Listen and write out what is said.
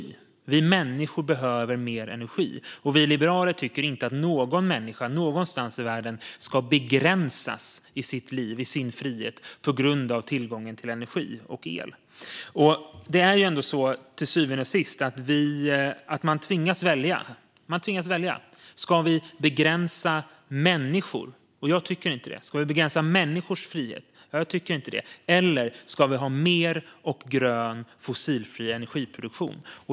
Vi människor behöver mer energi. Vi liberaler tycker inte att någon människa någonstans i världen ska begränsas i sitt liv eller i sin frihet på grund av tillgången till energi och el. Till syvende och sist är det ändå så att man tvingas välja. Ska vi begränsa människor? Jag tycker inte det. Ska vi begränsa människors frihet? Jag tycker inte det. Eller ska vi ha mer och grön fossilfri energiproduktion?